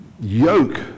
yoke